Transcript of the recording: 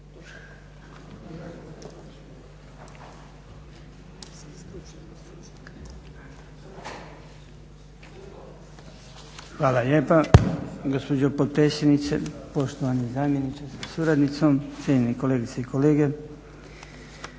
Hvala lijepa gospođo potpredsjednice. Poštovani zamjeniče sa suradnicom, cijenjeni kolegice i kolege.